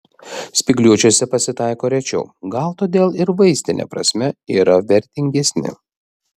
spygliuočiuose pasitaiko rečiau gal todėl ir vaistine prasme yra vertingesni